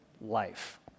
life